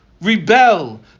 rebel